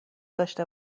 داشته